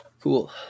Cool